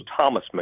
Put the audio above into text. Thomas